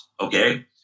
okay